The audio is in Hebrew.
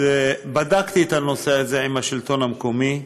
בדקתי את הנושא הזה עם השלטון המקומי,